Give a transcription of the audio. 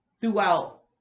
throughout